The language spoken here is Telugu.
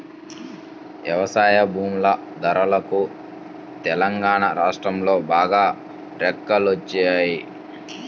వ్యవసాయ భూముల ధరలకు తెలంగాణా రాష్ట్రంలో బాగా రెక్కలొచ్చాయి